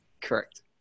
Correct